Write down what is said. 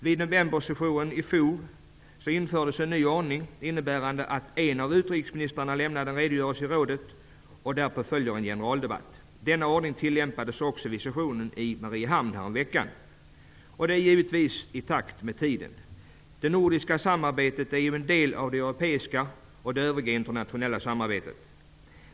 Vid novembersessionen i fjol infördes en ny ordning, innebärande att en av utrikesministrarna lämnar en redogörelse i rådet. Därpå följer en generaldebatt. Denna ordning tillämpades också vid sessionen i Mariehamn häromveckan. Detta är givetvis i takt med tiden. Det nordiska samarbetet är ju en del av det europeiska och det övriga internationella samarbetet.